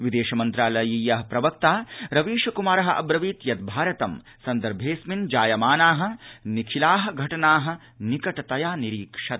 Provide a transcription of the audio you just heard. विदेश मन्त्रालयीयः प्रवक्ता रवीश कुमारः अब्रवीत् यद भारत सन्दर्भेडस्मिन् जायमानासः निखिलाः घटनाः निकटतया निरीक्षते